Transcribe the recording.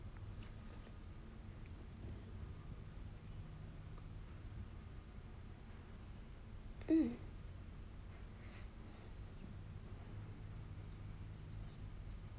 mm